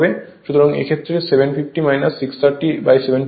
সুতরাং এই ক্ষেত্রে 750 630750 হয়